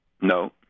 No